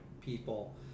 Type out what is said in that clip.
people